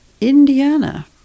Indiana